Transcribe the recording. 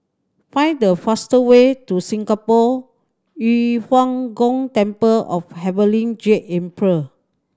find the fast way to Singapore Yu Huang Gong Temple of Heavenly Jade Emperor